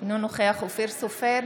אינו נוכח אופיר סופר,